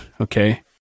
okay